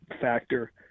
factor